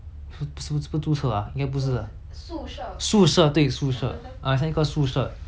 宿舍对宿舍嗯好像一个宿舍 then 过后过后 then 我那个